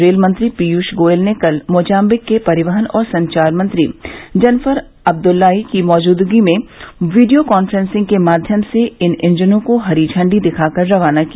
rail मंत्री पीयूष गोयल ने कल मोजाम्बिक के परिवहन और संचार मंत्री जनफर अब्दुलाई की मौजूदगी में वीडियो कांप्रेंसिंग के माध्यम से इन इंजनों को हरी झंडी दिखाकर रवाना किया